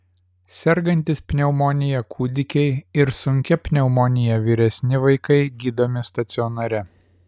sergantys pneumonija kūdikiai ir sunkia pneumonija vyresni vaikai gydomi stacionare